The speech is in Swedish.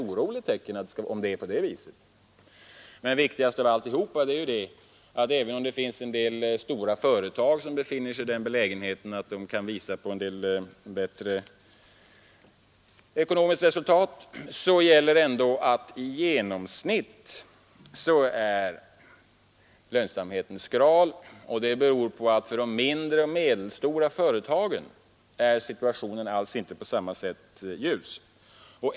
Om det är så, är detta oroande tecken. Även om det finns en del stora företag, som befinner sig i den belägenheten att de kan uppvisa förbättrat ekonomiskt resultat, gäller ändå att lönsamheten i genomsnitt är skral. Detta beror på att situationen för de mindre och medelstora företagen alls inte är ljus på samma sätt.